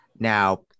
Now